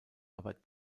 aber